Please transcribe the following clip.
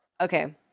Okay